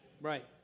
Right